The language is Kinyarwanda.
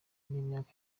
n’imyaka